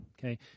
okay